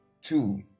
two